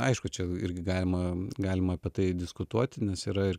aišku čia irgi galima galima apie tai diskutuoti nes yra ir